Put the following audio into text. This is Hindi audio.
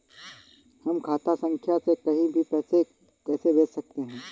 हम खाता संख्या से कहीं भी पैसे कैसे भेज सकते हैं?